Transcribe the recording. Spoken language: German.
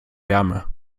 wärme